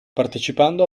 partecipando